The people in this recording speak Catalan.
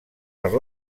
per